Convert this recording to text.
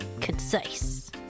Concise